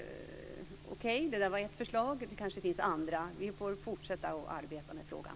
Okej, det var ett förslag och det finns kanske andra förslag. Vi får fortsätta att arbeta med frågan.